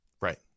Right